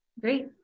Great